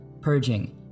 purging